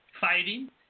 fighting